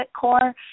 core